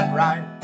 right